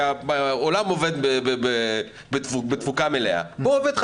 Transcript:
כשהאולם עובד בתפוקה מלאה הוא עובד במשרה מלאה.